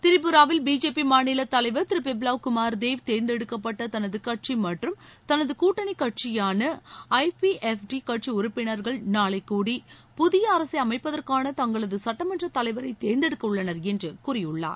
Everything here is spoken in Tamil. திரிபுராவில் பிஜேபி மாநிலத் தலைவர் திரு பிப்லாப் குமார் தேவ் தேர்ந்தெடுக்கப்பட்ட தனது கட்சி மற்றும் தனது கூட்டணிக் கட்சியான ஐபிஎஃப்டி கட்சி உறுப்பினர்கள் நாளை கூடி புதிய அரசை அமைப்பதற்கான தங்களது சட்டமன்றத் தலைவரை தேர்ந்தெடுக்கவுள்ளனர் என்று கூறியுள்ளார்